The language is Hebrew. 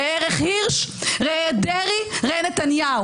ראה ערך הירש, ראה דרעי, ראה נתניהו.